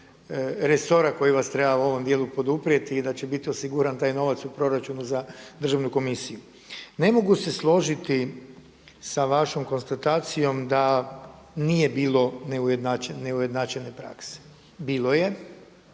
resora koji vas treba u ovom dijelu poduprijeti i da će biti osiguran taj novac u proračunu za državnu komisiju. Ne mogu se složiti sa vašom konstatacijom da nije bilo neujednačene prakse. Bilo je